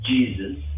Jesus